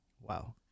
wow